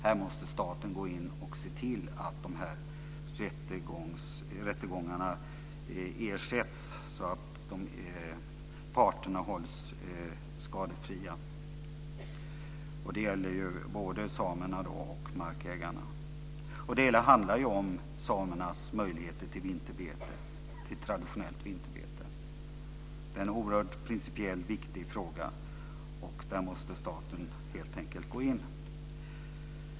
Här måste staten gå in och se till att dessa rättegångskostnader ersätts så att parterna hålls skadeslösa. Det gäller både samerna och markägarna. Det hela handlar ju om samernas möjligheter till traditionellt vinterbete. Det är en principiellt oerhört viktig fråga, och här måste staten helt enkelt gå in.